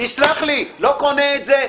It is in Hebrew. לא קונה את זה.